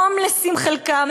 הומלסים חלקם,